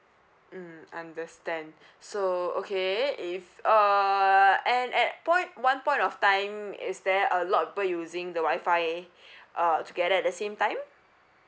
mm understand so okay if err and at point one point of time is there a lot of people using the wi-fi uh together at the same time